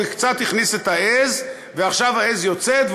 הוא קצת הכניס את העז ועכשיו העז יוצאת,